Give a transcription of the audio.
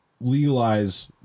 legalize